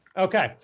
Okay